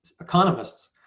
economists